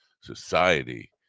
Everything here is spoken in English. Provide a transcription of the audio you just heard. society